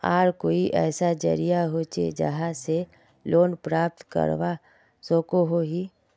आर कोई ऐसा जरिया होचे जहा से लोन प्राप्त करवा सकोहो ही?